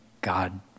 God